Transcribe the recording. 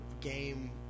game